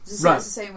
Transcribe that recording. right